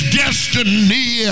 destiny